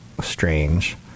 strange